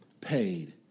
paid